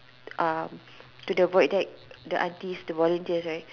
um to the void deck the aunties the volunteers right